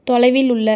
தொலைவில் உள்ள